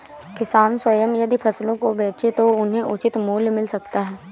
किसान स्वयं यदि फसलों को बेचे तो उन्हें उचित मूल्य मिल सकता है